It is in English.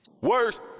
Worst